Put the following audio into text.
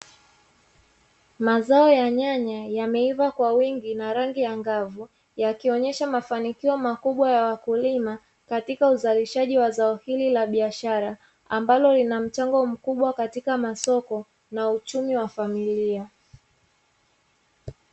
Mazao ya nyanya yameiva kwa wingi na rangi angavu, yakionyesha mafanikio makubwa ya wakulima katika uzalishaji wa zao hili la biashara, ambalo lina mchango mkubwa katika masoko na uchumi wa familia.